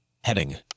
Heading